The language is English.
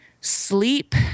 sleep